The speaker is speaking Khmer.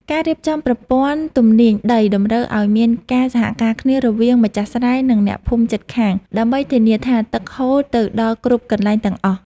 ការរៀបចំប្រព័ន្ធទំនាញដីតម្រូវឱ្យមានការសហការគ្នារវាងម្ចាស់ស្រែ និងអ្នកភូមិជិតខាងដើម្បីធានាថាទឹកហូរទៅដល់គ្រប់កន្លែងទាំងអស់។